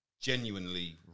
genuinely